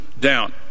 down